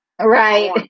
Right